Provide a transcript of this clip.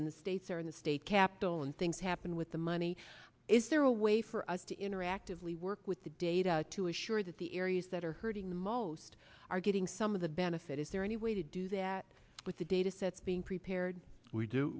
in the states or in the state capital and things happen with the money is there a way for us to interactively work with the data to assure that the areas that are hurting the most are getting some of the benefit is there any way to do that with the datasets being prepared we do